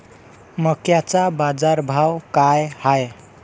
मक्याचा बाजारभाव काय हाय?